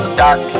dark